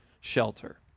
shelter